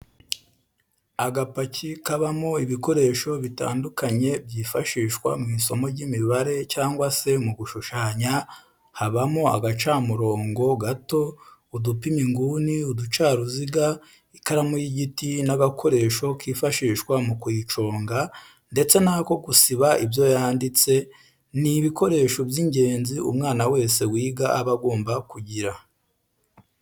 Agapaki kabamo ibikoresho bitandukanye byifashishwa mu isomo ry'imibare cyangwa se mu gushushanya habamo agacamurongo gato, udupima inguni, uducaruziga, ikaramu y'igiti n'agakoresho kifashishwa mu kuyiconga ndetse n'ako gusiba ibyo yanditse, ni ibikoresho by'ingenzi umwana wese wiga aba agomba kugira.